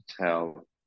tell